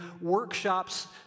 workshops